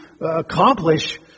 accomplish